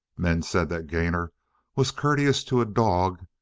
men said that gainor was courteous to a dog,